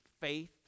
faith